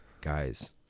guys